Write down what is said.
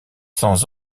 cents